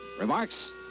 Remarks